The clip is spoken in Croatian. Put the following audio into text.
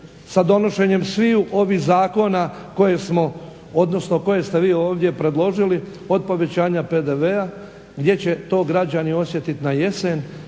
sa donošenjem sviju ovih zakona koje smo, odnosno koje ste vi ovdje predložili. Od povećanja PDV-a, gdje će to građani osjetiti na jesen,